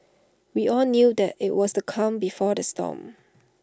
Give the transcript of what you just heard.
we all knew that IT was the calm before the storm